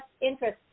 interest